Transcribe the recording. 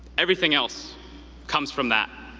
everything else comes from that.